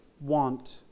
want